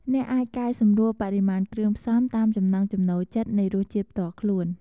អ្នកអាច កែសម្រួលបរិមាណគ្រឿងផ្សំ តាមចំណង់ចំណូលចិត្តនៃរសជាតិផ្ទាល់ខ្លួន។